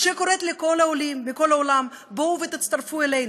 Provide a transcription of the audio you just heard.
קוראת לכל העולים בכל העולם: בואו ותצטרפו אלינו,